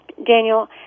Daniel